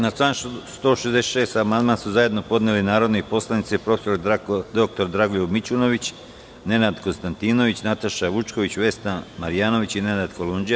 Na član 166. amandman su zajedno podneli narodni poslanici prof. dr Dragoljub Mićunović, Nenad Konstantinović, Nataša Vučković, Vesna Marjanović i Nada Kolundžija.